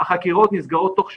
החקירות נסגרות תוך שעה,